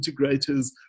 integrators